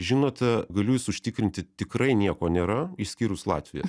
žinote galiu jus užtikrinti tikrai nieko nėra išskyrus latviją